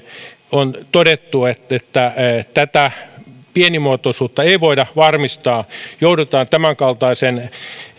on todettu että tätä pienimuotoisuutta ei ei voida varmistaa ja joudutaan tämänkaltaiseen